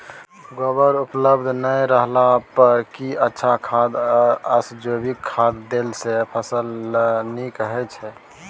गोबर उपलब्ध नय रहला पर की अच्छा खाद याषजैविक खाद देला सॅ फस ल नीक होय छै?